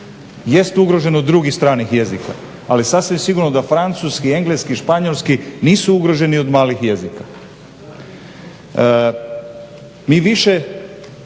jest ugrožen od drugih stranih jezika ali sasvim sigurno da francuski, engleski, španjolski nisu ugroženi od malih jezika. Mi više